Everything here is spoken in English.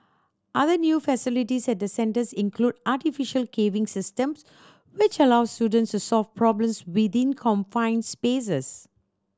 other new facilities at the centres include artificial caving systems which allow students to solve problems within confined spaces